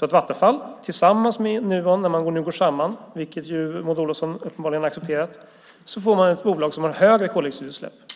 När man nu går samman, vilket Maud Olofsson uppenbarligen accepterat, får man ett bolag som har högre koldioxidutsläpp.